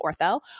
ortho